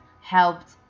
helped